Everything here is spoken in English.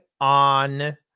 on